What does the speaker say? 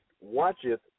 watcheth